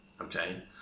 Okay